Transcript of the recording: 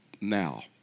now